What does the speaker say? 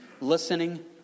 Listening